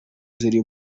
ziri